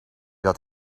dat